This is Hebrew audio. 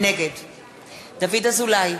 נגד דוד אזולאי,